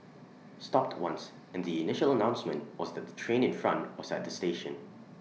stopped once and the initial announcement was that the train in front was at the station